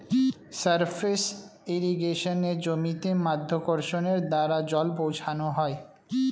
surface ইর্রিগেশনে জমিতে মাধ্যাকর্ষণের দ্বারা জল পৌঁছানো হয়